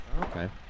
Okay